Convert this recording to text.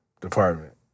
department